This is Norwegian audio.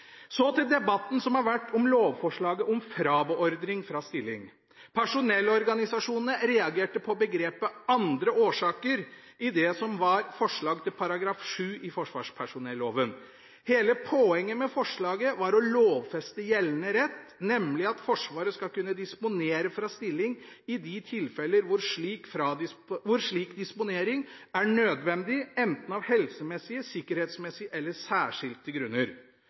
Så til debatten som har vært om lovforslaget om frabeordring fra stilling. Personellorganisasjonene reagerte på begrepet «andre årsaker» i det som var forslag til § 7 i forsvarspersonelloven. Hele poenget med forslaget var å lovfeste gjeldende rett, nemlig at Forsvaret skal kunne disponere fra stilling i de tilfeller hvor slik disponering er nødvendig enten av helsemessige, sikkerhetsmessige eller særskilte grunner.